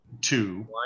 two